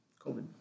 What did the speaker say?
covid